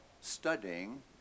studying